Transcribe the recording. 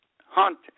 Hunt